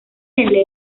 nelle